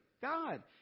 God